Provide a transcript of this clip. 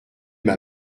m’a